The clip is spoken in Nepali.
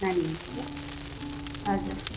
नानीहरूको लागि हजुर